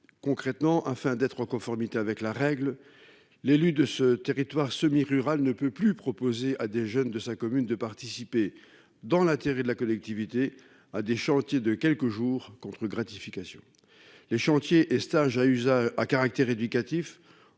Concrètement, afin d'être en conformité avec la règle. L'élu de ce territoire semi-rural ne peut plus proposer à des jeunes de sa commune de participer dans l'intérêt de la collectivité a des chantiers de quelques jours contre gratification les chantier et stage à à caractère éducatif